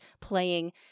playing